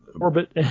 Orbit